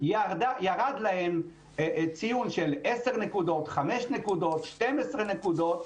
ירד ציון של עשר נקודות, חמש נקודות, 12 נקודות